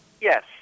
Yes